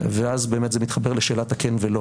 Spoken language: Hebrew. ואז באמת זה מתחבר לשאלת הכן ולא,